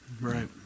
right